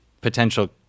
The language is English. potential—